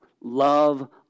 love